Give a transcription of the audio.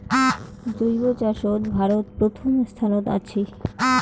জৈব চাষত ভারত প্রথম স্থানত আছি